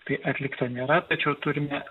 tai atlikta nėra tačiau turime